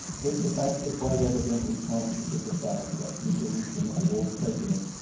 with the panther quite evidently conscious of the fact that dissolution had overtaken it,